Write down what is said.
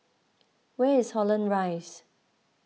where is Holland Rise